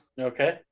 Okay